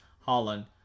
Holland